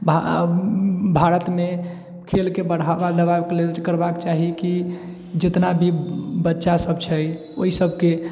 भारतमे खेलके बढ़ावाके लेल जे करबाके चाही कि जितना भी बच्चा सब छै ओहि सबकेँ